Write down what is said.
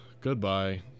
Goodbye